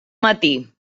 matí